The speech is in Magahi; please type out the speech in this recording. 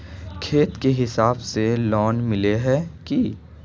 खेत के हिसाब से लोन मिले है की?